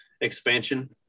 expansion